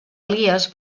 elies